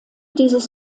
dieses